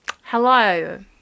Hello